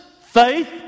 faith